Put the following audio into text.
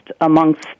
amongst